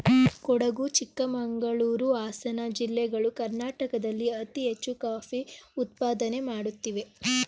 ಕೊಡಗು ಚಿಕ್ಕಮಂಗಳೂರು, ಹಾಸನ ಜಿಲ್ಲೆಗಳು ಕರ್ನಾಟಕದಲ್ಲಿ ಅತಿ ಹೆಚ್ಚು ಕಾಫಿ ಉತ್ಪಾದನೆ ಮಾಡುತ್ತಿವೆ